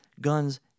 Guns